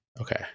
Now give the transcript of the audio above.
Okay